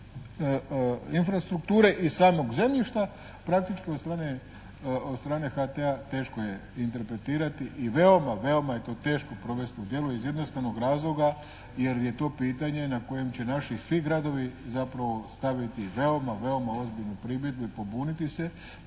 infrastrukture i samog zemljišta praktički od strane HT-a teško je interpretirati i veoma, veoma je to teško provesti u djelo, iz jednostavnog razloga jer je to pitanje na kojem će naši svi gradovi zapravo staviti veoma, veoma ozbiljne primjedbe i pobuniti se